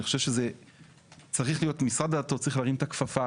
אני חושב שמשרד הדתות צריך להרים את הכפפה,